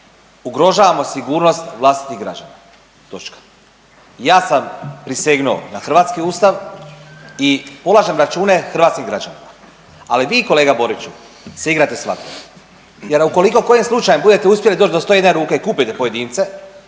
ugrožavamo sigurnost vlastitih građana. Točka. Ja sam prisegnuo na hrvatski Ustav i polažem račune hrvatskim građanima. Ali, vi kolega Boriću se igrate s vatrom. Jer ukoliko kojim slučajem budete uspjeli doći do 101 ruke i kupite pojedince,